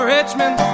Richmond